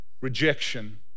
rejection